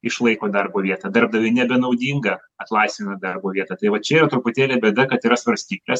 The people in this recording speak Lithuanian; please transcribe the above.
išlaiko darbo vietą darbdaviui nebenaudinga atlaisvina darbo vietą tai va čia yra truputėlį bėda kad yra svarstyklės